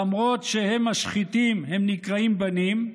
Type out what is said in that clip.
למרות שהם משחיתים הם נקראים בנים,